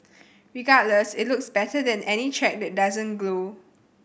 regardless it looks better than any track that doesn't glow